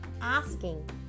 asking